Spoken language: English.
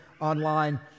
online